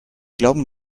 glauben